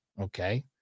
Okay